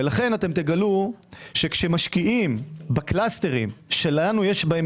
לכן תגלו שכשמשקיעים בקלסטרים שלנו יש בהם